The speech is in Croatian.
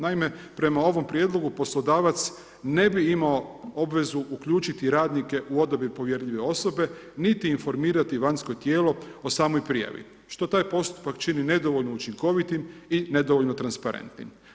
Naime prema ovom prijedlogu poslodavac ne bi imao obvezu uključiti radnike u odabir povjerljive osobe, niti informirati vanjsko tijelo o samoj prijavi, što taj postupak čini nedovoljno učinkovitim i nedovoljno transparentnim.